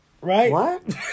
right